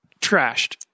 Trashed